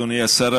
אדוני השר,